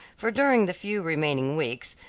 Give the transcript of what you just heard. for during the few remaining weeks,